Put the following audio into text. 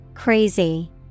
crazy